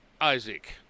Isaac